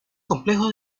complejo